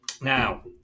Now